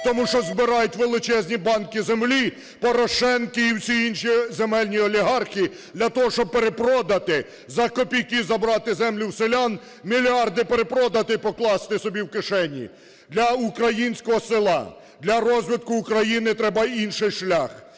тому що збирають величезні банки землі Порошенки і всі інші земельні олігархи для того, щоб перепродати, за копійки забрати землю в селян, мільярди перепродати і покласти собі в кишені. Для українського села, для розвитку України треба інший шлях.